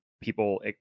people